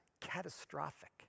catastrophic